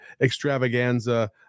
extravaganza